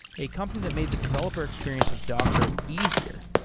a company that made the developer experience of docker easier.